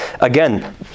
Again